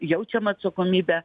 jaučiam atsakomybę